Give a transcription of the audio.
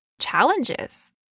challenges